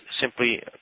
simply